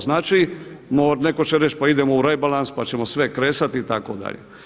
Znači netko će reći pa idemo u rebalans pa ćemo sve kresati itd.